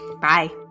Bye